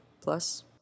plus